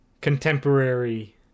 contemporary